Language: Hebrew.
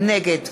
נגד